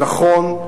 נכון,